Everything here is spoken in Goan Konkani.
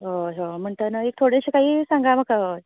हय हय म्हणटना म्हाका थोडेशे काही सांगा म्हाका हय